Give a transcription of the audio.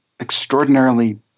extraordinarily